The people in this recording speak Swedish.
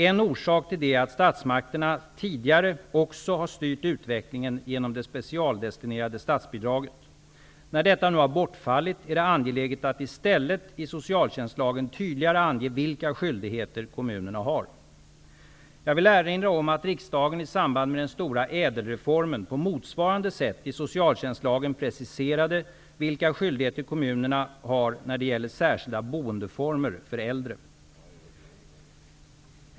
En orsak till detta är att statsmakterna tidigare också har styrt utvecklingen genom det specialdestinerade statsbidraget. När detta nu har bortfallit är det angeläget att i stället i socialtjänstlagen tydligare ange vilka skyldigheter kommunerna har. Jag vill erinra om att riksdagen i samband med den stora ÄDEL-reformen på motsvarande sätt i socialtjänstlagen preciserade vilka skyldigheter kommunerna har när det gäller särskilda boendeformer för äldre.